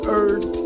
earth